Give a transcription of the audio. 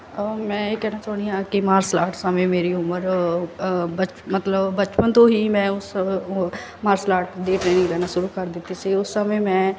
ਮੈਂ ਇਹ ਕਹਿਣਾ ਚਾਹੁੰਦੀ ਹਾਂ ਕਿ ਮਾਰਸਲ ਆਰਟ ਸਮੇਂ ਮੇਰੀ ਉਮਰ ਬਚ ਮਤਲਬ ਬਚਪਨ ਤੋਂ ਹੀ ਮੈਂ ਉਸ ਮਾਰਸ਼ਲ ਆਰਟ ਦੀ ਟ੍ਰੇਨਿੰਗ ਲੈਣਾ ਸ਼ੁਰੂ ਕਰ ਦਿੱਤੀ ਸੀ ਉਸ ਸਮੇਂ ਮੈਂ